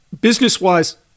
business-wise